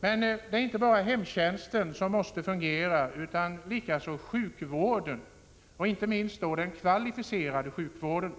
Men det är inte bara hemtjänsten som måste fungera utan även sjukvården och inte minst den kvalificerade sjukvården.